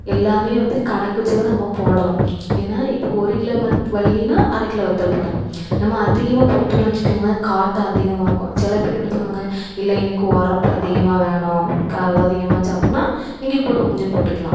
எல்லாமே வந்து கணக்கு வச்சு தான் நம்ம போடணும் ஏன்னால் இப்போ ஒரு கிலோ மட் மல்லினா அரைக் கிலோ வத்தல் போடணும் நம்ம அதிகமாக போட்டோன்னு வச்சிக்கோங்களேன் காட்டம் அதிகமாக இருக்கும் சிலப் பேர் என்ன சொல்வாங்க இல்லை எனக்கு உரப்பு அதிகமாக வேணும் கா அதிகமாக சாப்பிட்ன்னா நீங்கள் கூட கொஞ்சம் போட்டுக்கலாம்